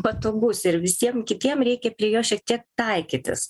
patogus ir visiem kitiem reikia prie jo šiek tiek taikytis